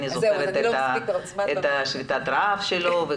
ואני זוכרת את שביתת הרעב שלו,